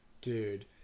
dude